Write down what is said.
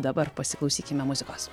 dabar pasiklausykime muzikos